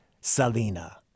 Salina